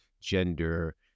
gender